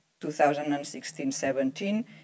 2016-17